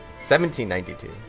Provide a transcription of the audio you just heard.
1792